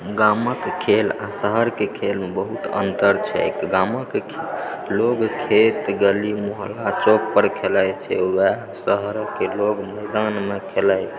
गामक खेल आ शहरके खेलमे बहुत अन्तर छैक गामके लोग खेत गली मोहल्ला चौक पर खेलाइ छै ओएह शहरके लोक मैदानमे खेलाइ छै